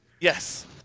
Yes